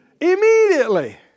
Immediately